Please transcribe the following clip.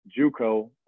JUCO